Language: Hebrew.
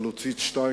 חלוצית 2,